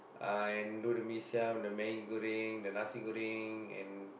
and do the mee-siam the Maggi-Goreng the nasi-goreng and